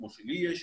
כמו שלי יש,